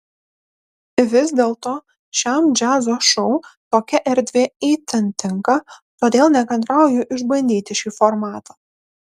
vis dėlto šiam džiazo šou tokia erdvė itin tinka todėl nekantrauju išbandyti šį formatą